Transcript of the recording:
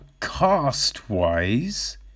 cast-wise